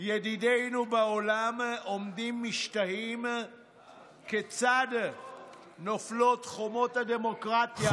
ידידינו בעולם עומדים משתאים כיצד נופלות חומות הדמוקרטיה במדינת ישראל.